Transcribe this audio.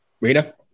Rita